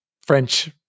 French